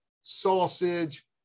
sausage